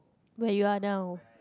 where you are now